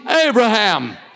Abraham